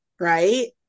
Right